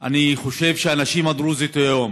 אני חושב שהיא פורצת דרך בפני הנשים הדרוזיות,